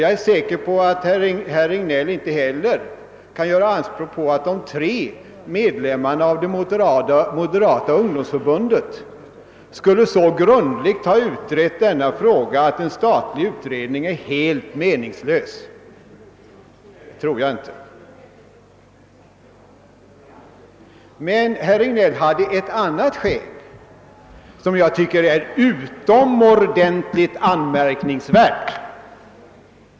Jag är säker på att herr Regnéll inte heller kan göra anspråk på att de tre medlemmarna av det moderata ungdomsförbundet så grundligt skulle ha utrett denna fråga att en statlig utredning är helt meningslös. Det tror jag inte. Men herr Regnéll hade ett annat skäl som jag finner utomordentligt anmärkningsvärt.